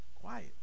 Quiet